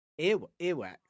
earwax